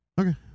Okay